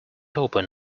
open